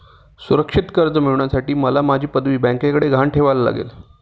सुरक्षित कर्ज मिळवण्यासाठी मला माझी पदवी बँकेकडे गहाण ठेवायला लागेल